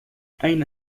أين